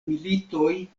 militoj